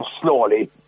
slowly